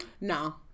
No